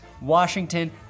Washington